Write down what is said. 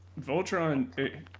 Voltron